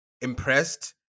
Impressed